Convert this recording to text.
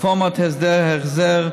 רפורמת הסדר-החזר,